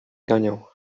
ganiał